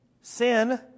sin